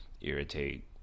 irritate